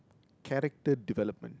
character development